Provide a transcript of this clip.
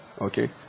okay